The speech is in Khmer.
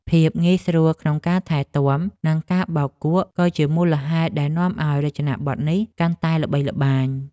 ភាពងាយស្រួលក្នុងការថែទាំ និងការបោកគក់ក៏ជាមូលហេតុដែលនាំឱ្យរចនាប័ទ្មនេះកាន់តែល្បីល្បាញ។